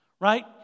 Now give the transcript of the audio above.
right